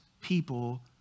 people